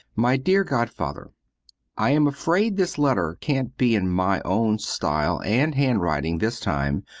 my dear godfather i am afraid this letter can't be in my own style and handwriting this time,